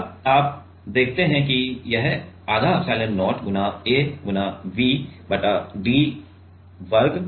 अब आप देखते हैं कि यह आधा एप्सिलॉन0 A × V बटा d वर्ग